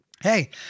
Hey